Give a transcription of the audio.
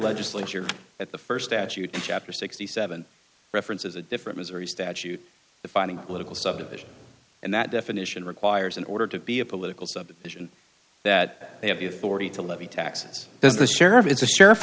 legislature at the st ask you to chapter sixty seven references a different missouri statute defining political subdivision and that definition requires in order to be a political subdivision that they have the authority to levy taxes as the sheriff is a sheriff